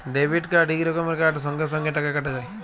debit card ইক রকমের card সঙ্গে সঙ্গে টাকা কাটা যায়